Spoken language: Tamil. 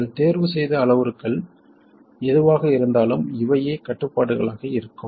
நீங்கள் தேர்வுசெய்த அளவுருக்கள் எதுவாக இருந்தாலும் இவையே கட்டுப்பாடுகளாக இருக்கும்